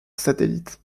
satellite